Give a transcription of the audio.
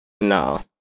No